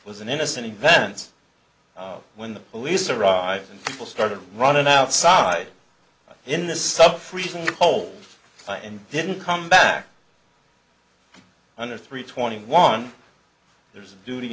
was an innocent events when the police arrive and people started running outside in the subfreezing home and didn't come back under three twenty one there's a duty